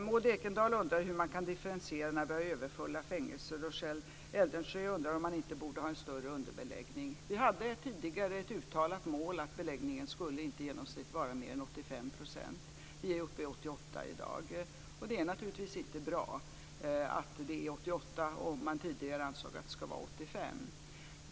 Maud Ekendahl undrar hur man kan differentiera när vi har överfulla fängelser. Kjell Eldensjö undrar om man inte borde ha en större underbeläggning. Vi hade tidigare ett uttalat mål att beläggningen inte skulle vara mer än i genomsnitt 85 %. Vi är uppe i 88 % i dag. Det är naturligtvis inte bra att det är 88 % om man tidigare ansåg att det ska vara 85 %.